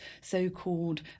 so-called